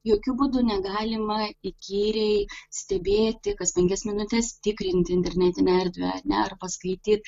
jokiu būdu negalima įkyriai stebėti kas penkias minutes tikrinti internetinę erdvę ar ne ar paskaityt